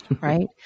right